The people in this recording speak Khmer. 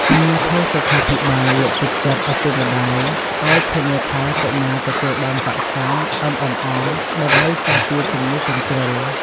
អាជ្ញាធរសុខាភិបាលលើកទឹកចិត្តឪពុកម្តាយឱ្យធានាថាកុមារទទួលបានវ៉ាក់សាំង MMR ដើម្បីការពារជំងឺកញ្ជ្រឹល។